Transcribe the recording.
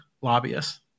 lobbyists